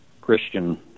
Christian